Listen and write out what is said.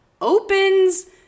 opens